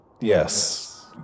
Yes